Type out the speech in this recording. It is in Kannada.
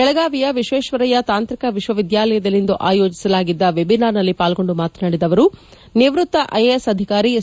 ಬೆಳಗಾವಿಯ ವಿಶ್ವೇಶ್ವರಯ್ಯ ತಾಂತ್ರಿಕ ವಿಶ್ವವಿದ್ಯಾಲಯದಲ್ಲಿಂದು ಆಯೋಜಿಸಲಾಗಿದ್ದ ವೆಬಿನಾರ್ನಲ್ಲಿ ಪಾಲ್ಗೊಂಡು ಮಾತನಾಡಿದ ಅವರು ನಿವೃತ್ತ ಐಎಎಸ್ ಅಧಿಕಾರಿ ಎಸ್